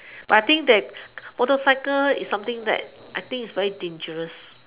but I think that motorcycle is something that I think is very dangerous